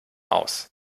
aus